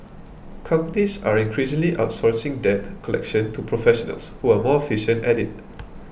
companies are increasingly outsourcing debt collection to professionals who are more efficient at it